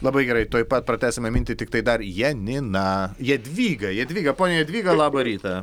labai gerai tuoj pat pratęsime mintį tiktai dar janina jadvyga jadvyga ponia jadvyga labą rytą